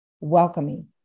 welcoming